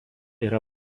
yra